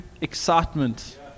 excitement